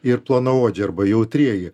ir plonaodžiai arba jautrieji